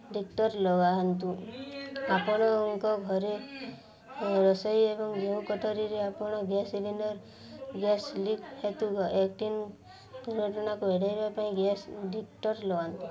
detector ଲଗାନ୍ତୁ ଆପଣଙ୍କ ଘରେ ରୋଷେଇ ଏବଂ ଯେଉଁ କଟରୀରେ ଆପଣ ଗ୍ୟାସ୍ ସିଲିଣ୍ଡର ଗ୍ୟାସ୍ ଲିକ୍ ହେତୁ ଏକଟିନ୍ ଘଟଣାକୁ ଏଡ଼େଇବା ପାଇଁ ଗ୍ୟାସ୍ ଡ଼ିଟେକ୍ଟର ଲଗାନ୍ତୁ